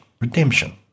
redemption